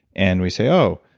and we say, oh,